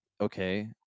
okay